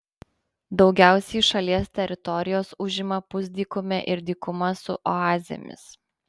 daugiausiai šalies teritorijos užima pusdykumė ir dykuma su oazėmis